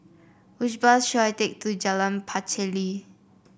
which bus should I take to Jalan Pacheli